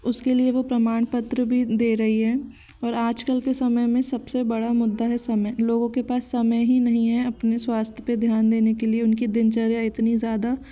उसके लिए वो प्रमाणपत्र भी दे रही है और आज कल के समय में सबसे बड़ा मुद्दा है समय लोगों के पास समय ही नहीं है अपने स्वास्थ पे ध्यान के लिए उनकी दिनचार्य इतनी ज़्यादा